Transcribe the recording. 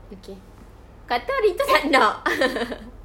okay kata hari tu tak nak